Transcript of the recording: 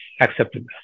accepted